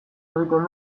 egiten